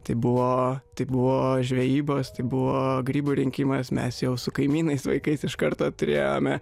tai buvo tai buvo žvejybos tai buvo grybų rinkimas mes jau su kaimynais vaikais iš karto turėjome